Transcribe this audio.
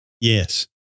Yes